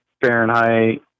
Fahrenheit